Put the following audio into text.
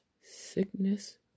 sickness